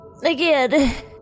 Again